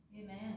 Amen